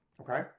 Okay